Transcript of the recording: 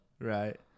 Right